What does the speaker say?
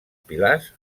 pilars